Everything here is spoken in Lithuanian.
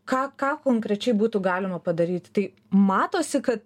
ką ką konkrečiai būtų galima padaryti tai matosi kad